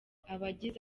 abagize